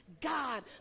God